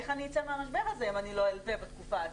איך אני אצא מהמשבר הזה אם אני לא אלווה בתקופה הזאת?